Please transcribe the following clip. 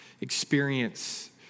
experience